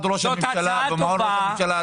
ראש הממשלה במעון ראש הממשלה הרשמי.